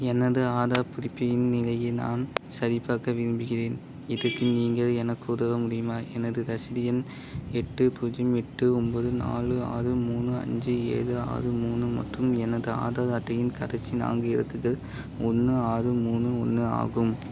எனது ஆதார் புதுப்பிப்பின் நிலையை நான் சரிபார்க்க விரும்புகிறேன் இதற்கு நீங்கள் எனக்கு உதவ முடியுமா எனது ரசீது எண் எட்டு பூஜ்ஜியம் எட்டு ஒம்பது நாலு ஆறு மூணு அஞ்சி ஏழு ஆறு மூணு மற்றும் எனது ஆதார் அட்டையின் கடைசி நான்கு இலக்கங்கள் ஒன்று ஆறு மூணு ஒன்று ஆகும்